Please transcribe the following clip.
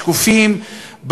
בשקופים,